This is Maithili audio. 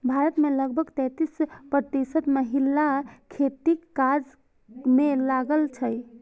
भारत मे लगभग तैंतीस प्रतिशत महिला खेतीक काज मे लागल छै